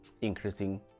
increasing